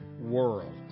world